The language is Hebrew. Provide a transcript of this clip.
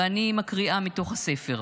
ואני מקריאה מתוך הספר: